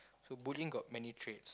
so bullying got many traits